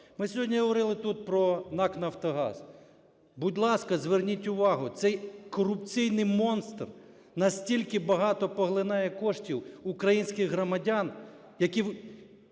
Ми сьогодні говорили тут про НАК "Нафтогаз". Будь ласка, зверніть увагу, цей корупційний монстр настільки багато поглинає коштів українських громадян, які